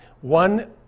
One